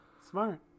Smart